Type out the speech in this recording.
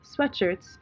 sweatshirts